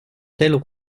telles